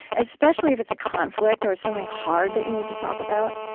especially if it's a conflict or something hard that you need to talk about,